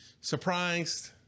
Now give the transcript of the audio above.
surprised